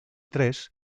tres